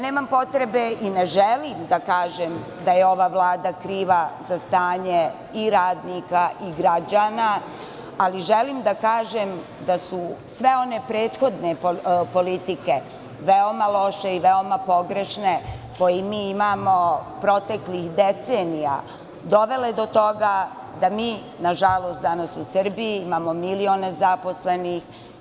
Nemam potrebe i ne želim da kažem da je ova Vlada kriva za stanje i radnika i građana, ali želim da kažem da su sve one prethodne politike veoma loše i veoma pogrešne koje mi imamo proteklih decenija, dovela je do toga da mi nažalost danas u Srbiji imamo milion nezaposlenih.